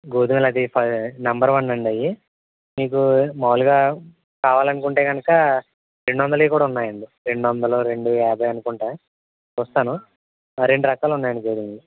గోధుమలు అవి ఫై నంబర్ వన్ అండి అవి మీకు మాములుగా కావాలి అనుకుంటే కనుక రెండు వందలవి కూడా ఉన్నాయండి రెండు వందలు రెండు యాభై అనుకుంటా చూస్తాను రెండు రకాలు ఉన్నాయండి గోధుమలు